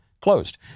closed